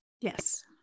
Yes